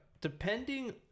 depending